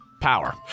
Power